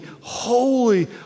holy